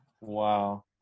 Wow